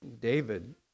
David